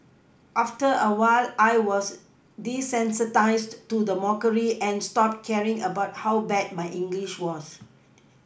after a while I was desensitised to the mockery and stopped caring about how bad my English was